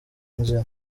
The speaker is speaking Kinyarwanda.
inzira